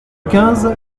quinze